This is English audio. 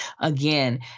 again